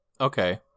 Okay